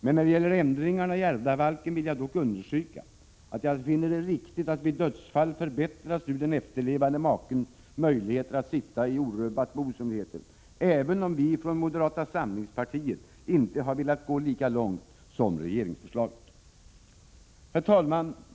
När det gäller ändringarna i ärvdabalken vill jag dock understryka, att jag finner det riktigt att vid dödsfall förbättras nu den efterlevande makens möjligheter att sitta ”i orubbat bo”, som det heter, även om vi från moderata samlingspartiet inte har velat gå lika långt som regeringsförslaget. Herr talman!